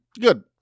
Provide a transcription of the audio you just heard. Good